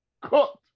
cooked